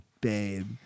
babe